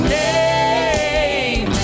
name